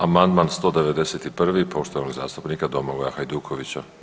Amandman 191. poštovanog zastupnika Domagoja Hajdukovića.